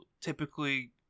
typically